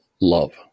love